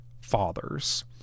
fathers